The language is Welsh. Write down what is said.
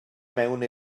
mewn